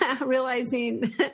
Realizing